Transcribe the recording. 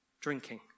drinking